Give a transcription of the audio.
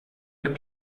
gibt